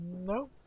No